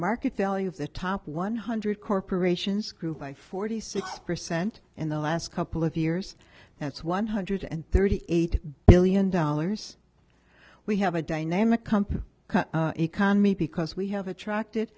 market value of the top one hundred corporations grew by forty six percent in the last couple of years that's one hundred and thirty eight billion dollars we have a dynamic company economy because we have attracted